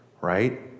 right